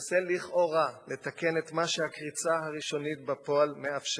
מנסה לכאורה לתקן את מה שהקריצה הראשונית בפועל מאפשרת.